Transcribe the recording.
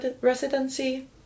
residency